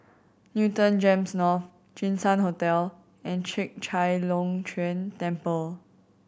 Newton GEMS North Jinshan Hotel and Chek Chai Long Chuen Temple